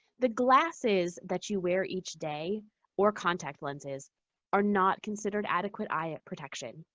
the glasses that you wear each day or contact lenses are not considered adequate eye protection,